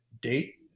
date